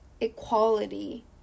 equality